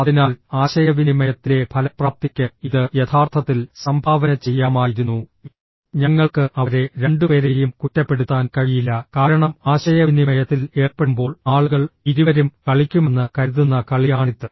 അതിനാൽ ആശയവിനിമയത്തിലെ ഫലപ്രാപ്തിയ്ക്ക് ഇത് യഥാർത്ഥത്തിൽ സംഭാവന ചെയ്യാമായിരുന്നു ഞങ്ങൾക്ക് അവരെ രണ്ടുപേരെയും കുറ്റപ്പെടുത്താൻ കഴിയില്ല കാരണം ആശയവിനിമയത്തിൽ ഏർപ്പെടുമ്പോൾ ആളുകൾ ഇരുവരും കളിക്കുമെന്ന് കരുതുന്ന കളിയാണിത്